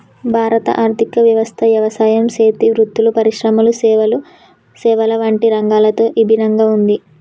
భారత ఆర్థిక వ్యవస్థ యవసాయం సేతి వృత్తులు, పరిశ్రమల సేవల వంటి రంగాలతో ఇభిన్నంగా ఉంది